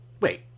Wait